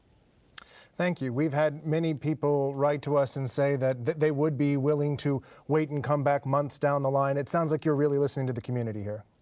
thank you. we've had many people write to us and say that they would be willing to wait and come back months down the line. it sounds like you're really listening to the community here.